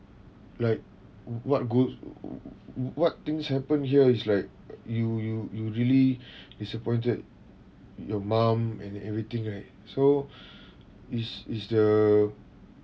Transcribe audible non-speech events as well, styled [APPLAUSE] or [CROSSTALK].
like what good w~ w~ w~ what things happen here is like you you you really [BREATH] disappointed your mom and everything right so [BREATH] is is the